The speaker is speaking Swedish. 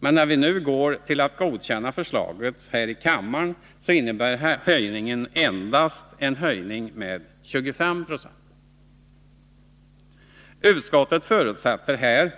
Men när vi nu går att godkänna förslaget här i kammaren, innebär det endast en höjning med 25 20. Utskottet förutsätter här